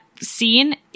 scene